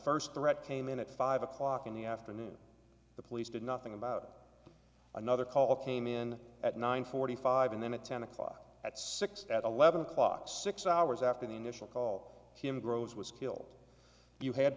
first threat came in at five o'clock in the afternoon the police did nothing about another call came in at nine forty five and then at ten o'clock at six at eleven o'clock six hours after the initial call him grose was killed you had